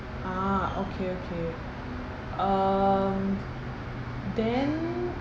ah okay okay um then